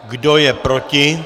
Kdo je proti?